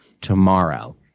tomorrow